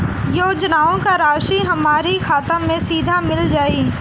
योजनाओं का राशि हमारी खाता मे सीधा मिल जाई?